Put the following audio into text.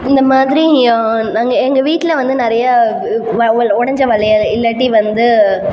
இந்த மாதிரி நாங்கள் எங்கள் வீட்டில் வந்து நிறையா உடஞ்ச வளையல் இல்லாட்டி வந்து